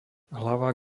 hlava